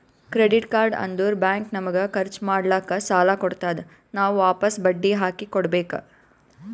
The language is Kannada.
ಕ್ರೆಡಿಟ್ ಕಾರ್ಡ್ ಅಂದುರ್ ಬ್ಯಾಂಕ್ ನಮಗ ಖರ್ಚ್ ಮಾಡ್ಲಾಕ್ ಸಾಲ ಕೊಡ್ತಾದ್, ನಾವ್ ವಾಪಸ್ ಬಡ್ಡಿ ಹಾಕಿ ಕೊಡ್ಬೇಕ